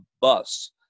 bus